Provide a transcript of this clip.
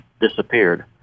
disappeared